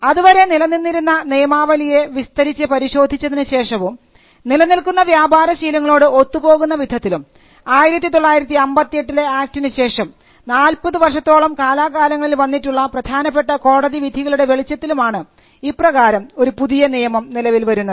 അതുവരെ നിലനിന്നിരുന്ന നിയമാവലിയെ വിസ്തരിച്ചു പരിശോധിച്ചതിനു ശേഷവും നിലനിൽക്കുന്ന വ്യാപാര ശീലങ്ങളോട് ഒത്തുപോകുന്ന വിധത്തിലും 1958 ലെ ആക്ടിന് ശേഷം 40 വർഷത്തോളം കാലാകാലങ്ങളിൽ വന്നിട്ടുള്ള പ്രധാനപ്പെട്ട കോടതി വിധികളുടെ വെളിച്ചത്തിലും ആണ് ഇപ്രകാരം ഒരു പുതിയ നിയമം നിലവിൽ വരുന്നത്